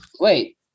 Wait